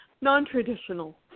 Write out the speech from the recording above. non-traditional